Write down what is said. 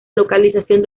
localización